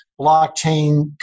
blockchain